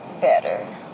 better